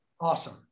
awesome